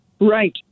Right